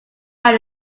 had